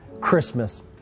Christmas